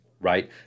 right